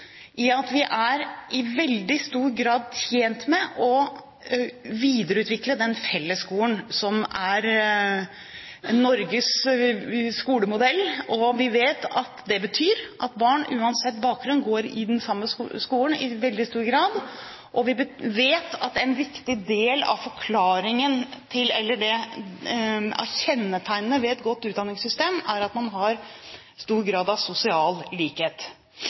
at vi er i veldig stor grad tjent med å videreutvikle den fellesskolen som er Norges skolemodell. Vi vet at det betyr at barn uansett bakgrunn går i den samme skolen i veldig stor grad, og vi vet at en viktig del av kjennetegnene ved et godt utdanningssystem er at man har stor grad av sosial likhet.